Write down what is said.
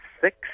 six